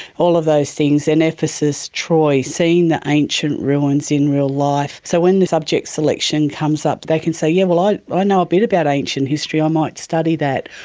all of those things. and ephesus, troy, seeing the ancient ruins in real life. so when the subject selection comes up they can say, yeah yes, i ah know a bit about ancient history, i might study that,